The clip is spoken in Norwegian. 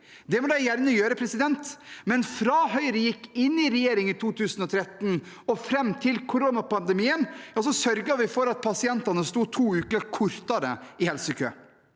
Det må de gjerne gjøre, men fra Høyre gikk inn i regjering i 2013 og fram til koronapandemien sørget vi for at pasientene sto to uker kortere i helsekø.